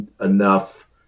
enough